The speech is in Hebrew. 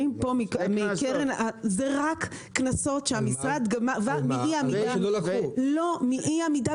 פה הם רק קנסות שהמשרד גבה מאי עמידה